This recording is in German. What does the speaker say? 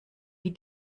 wie